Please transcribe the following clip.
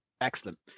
Excellent